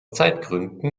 zeitgründen